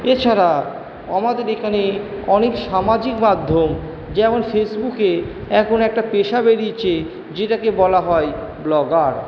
এছাড়া আমাদের এখানে অনেক সামাজিক মাধ্যম যেমন ফেসবুকে এখন একটা পেশা বেরিয়েছে যেটাকে বলা হয় ব্লগার